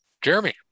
Jeremy